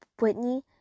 Whitney